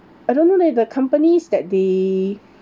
I don't know leh the companies that they